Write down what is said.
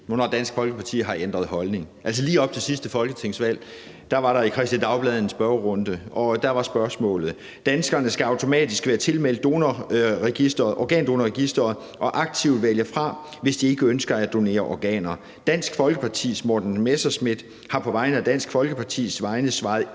hvornår Dansk Folkeparti har ændret holdning. Altså, lige op til sidste folketingsvalg var der i Kristeligt Dagblad en spørgerunde, og der var et spørgsmål om dette udsagn: »Danskerne skal automatisk være tilmeldt Organdonorregisteret og aktivt vælge det fra, hvis de ikke ønsker at donere organer.« Dansk Folkepartis Morten Messerschmidt har på Dansk Folkepartis vegne svaret